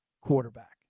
quarterback